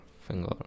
finger